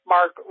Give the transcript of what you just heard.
Mark